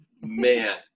Man